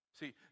See